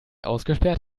ausgesperrt